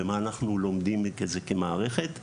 ומה אנחנו לומדים מזה כמערכת,